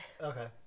okay